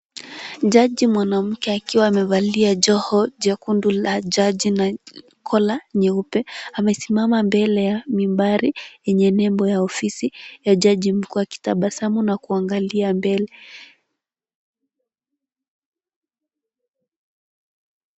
Jaji mwanamke akiwa amevalia joho jekundu la jaji na kola nyeupe amesimama mbele ya mimbari yenye nembo ya ofisi ya jaji mkuu akitabasamu na kuangalia mbele.